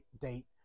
date